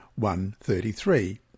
1.33